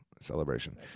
celebration